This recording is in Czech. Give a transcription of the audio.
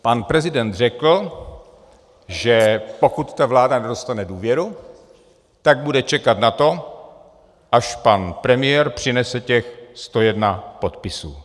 Pan prezident řekl, že pokud vláda nedostane důvěru, tak bude čekat na to, až pan premiér přinese těch 101 podpisů.